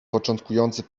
początkujący